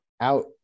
out